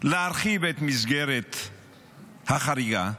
להרחיב את מסגרת החריגה,